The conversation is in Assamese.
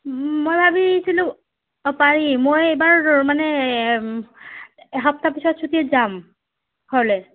মই ভাবিছিলোঁ অঁ পাৰি মই এইবাৰ মানে এসপ্তাহ পিছত চুটিত যাম ঘৰলৈ